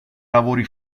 lavori